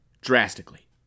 drastically